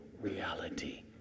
reality